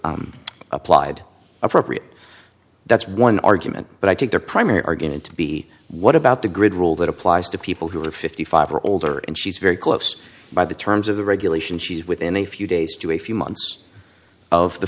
h applied appropriate that's one argument but i think their primary argument to be what about the grid rule that applies to people who are fifty five or older and she's very close by the terms of the regulation she's within a few days to a few months of the